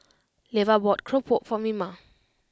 Levar bought keropok for Mima